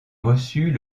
reçut